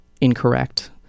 incorrect